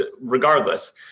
regardless